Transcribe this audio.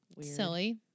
Silly